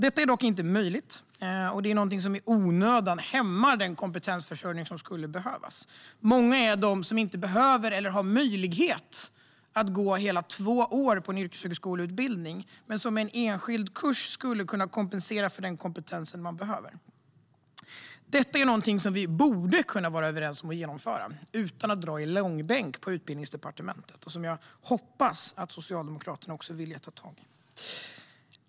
Detta är dock inte möjligt, och det är någonting som i onödan hämmar den kompetensförsörjning som skulle behövas. Många är de som inte behöver eller som inte har möjlighet att gå hela två år på en yrkeshögskoleutbildning, men som med en enskild kurs skulle kunna kompensera för den kompetens som de saknar. Detta är någonting som vi borde kunna vara överens om att genomföra utan att det dras i långbänk på Utbildningsdepartementet. Jag hoppas att Socialdemokraterna också vill ta tag i detta.